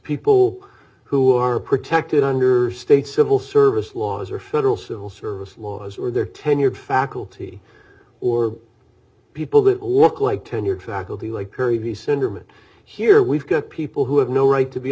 people who are protected under state civil service laws or federal civil service laws or their tenured faculty or people that look like tenured faculty like perry the sentiment here we've got people who have no right to be